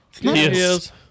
Yes